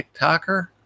TikToker